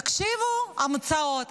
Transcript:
תקשיבו, המצאות.